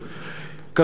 קרני-שומרון,